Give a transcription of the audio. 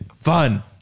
fun